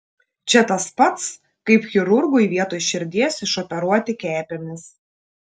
čia tas pats kaip chirurgui vietoj širdies išoperuoti kepenis